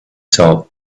top